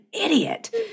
idiot